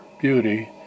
beauty